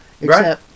Right